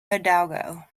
hidalgo